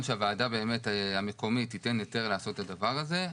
שהוועדה המקומית תיתן יותר לעשות את הדבר הזה.